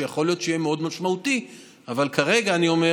שיכול להיות שהוא יהיה מאוד משמעותי אבל כרגע אני אומר